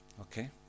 Okay